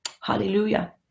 Hallelujah